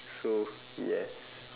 so yes